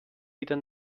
wieder